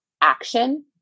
action